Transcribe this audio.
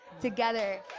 together